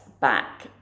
back